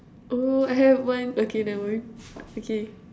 oh I have one okay never mind okay